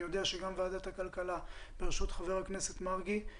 ואני יודע שגם ועדת הכלכלה בראשות ח"כ מרגי,